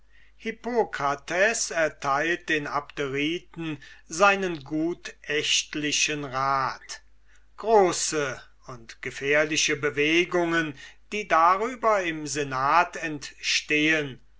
hippokrates erteilt den abderiten seinen gutächtlichen rat große und gefährliche bewegungen die darüber im senat entstehen